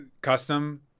custom